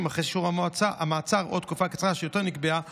אחרי אישור המעצר או תקופה קצרה יותר שנקבעה,